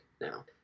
now